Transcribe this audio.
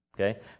Okay